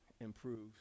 improves